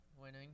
winning